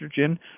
estrogen